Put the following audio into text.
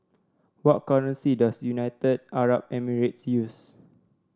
what currency does United Arab Emirates use